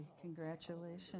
Congratulations